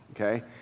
okay